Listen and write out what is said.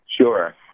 Sure